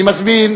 אני מזמין